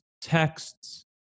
texts